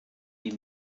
die